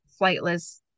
flightless